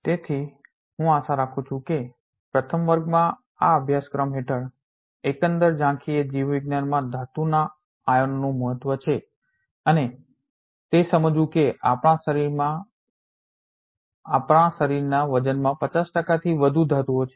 તેથી હું આશા રાખું છું કે પ્રથમ વર્ગમાં આ અભ્યાસક્રમ હેઠળ એકંદર ઝાંખી એ જીવવિજ્ઞાનમાં ધાતુના આયનોનું મહત્વ છે અને તે સમજવું કે આપણા શરીરના વજનમાં 50 ટકાથી વધુ ધાતુઓ છે